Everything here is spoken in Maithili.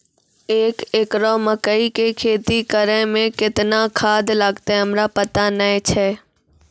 एक एकरऽ मकई के खेती करै मे केतना खाद लागतै हमरा पता नैय छै?